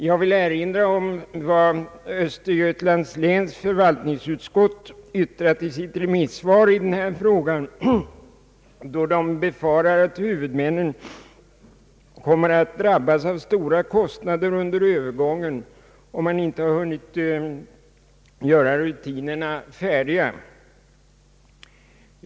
Jag vill erinra om vad Östergötlands läns landstings förvaltningsutskott yttrat i sitt remissvar i den här frågan. Utskottet befarar att huvudmännen kommer att drabbas av stora kostnader under övergången, om rutinerna inte gjorts färdiga.